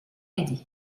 aidés